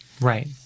right